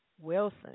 Wilson